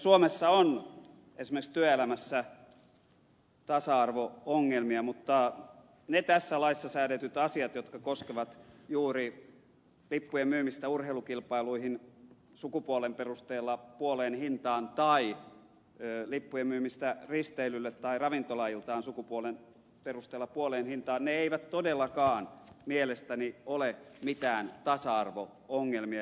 suomessa on esimerkiksi työelämässä tasa arvo ongelmia mutta ne tässä laissa säädetyt asiat jotka koskevat juuri lippujen myymistä urheilukilpailuihin sukupuolen perusteella puoleen hintaan tai lippujen myymistä risteilylle tai ravintolailtaan sukupuolen perusteella puoleen hintaan eivät todellakaan mielestäni ole mitään tasa arvo ongelmia